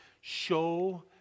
Show